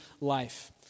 life